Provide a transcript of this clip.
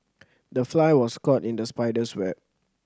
the fly was caught in the spider's web